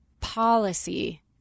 policy